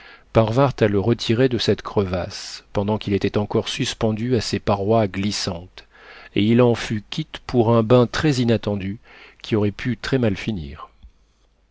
parvinrent à le retirer de cette crevasse pendant qu'il était encore suspendu à ses parois glissantes et il en fut quitte pour un bain très inattendu qui aurait pu très mal finir